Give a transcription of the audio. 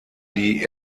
die